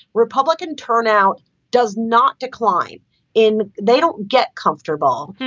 republican turnout does not decline in. they don't get comfortable.